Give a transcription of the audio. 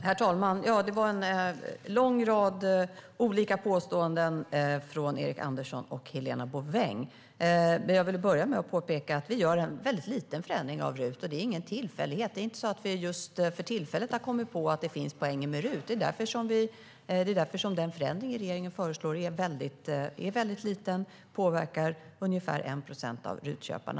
Herr talman! Ja, det var en lång rad olika påståenden från Erik Andersson och Helena Bouveng. Jag vill börja med att påpeka att vi gör en mycket liten förändring av RUT och att det inte är någon tillfällighet. Det är inte så att vi just för tillfället har kommit på att det finns poänger med RUT. Det är därför den förändring regeringen föreslår är väldigt liten och påverkar ungefär 1 procent av RUT-köparna.